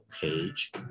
page